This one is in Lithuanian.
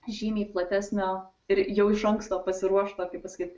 žymiai platesnio ir jau iš anksto pasiruošto kaip pasakyt